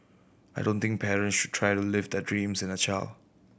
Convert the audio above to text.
I don't think parents should try to live their dreams in a child